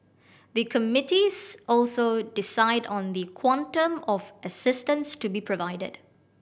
the committees also decide on the quantum of assistance to be provided